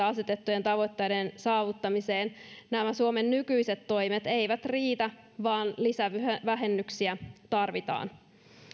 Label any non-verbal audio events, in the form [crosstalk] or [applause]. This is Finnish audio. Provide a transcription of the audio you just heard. [unintelligible] asetettujen tavoitteiden saavuttamiseen nämä suomen nykyiset toimet eivät riitä vaan lisävähennyksiä tarvitaan